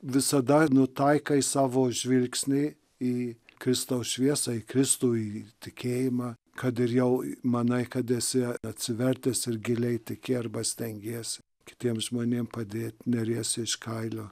visada nutaikai savo žvilgsnį į kristaus šviesą į kristų į į tikėjimą kad ir jau manai kad esi atsivertęs ir giliai tiki arba stengiesi kitiems žmonėm padėti neriesi iš kailio